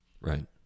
Right